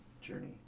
journey